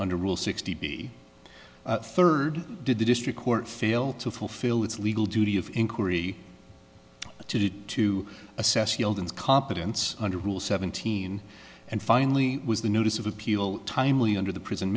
under rule sixty b third did the district court fail to fulfill its legal duty of inquiry to to assess yield and competence under rule seventeen and finally was the notice of appeal timely under the pr